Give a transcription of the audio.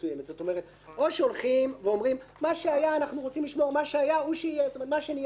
כלומר או אומרים: מה שהיה הוא שיהיה מה שניהלו,